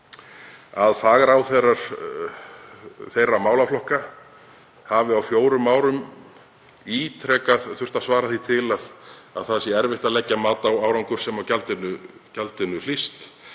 fagráðherrar þeirra málaflokka hafa á fjórum árum ítrekað þurft að svara því til að það sé erfitt að leggja mat á árangur sem af gjaldinu hlýst,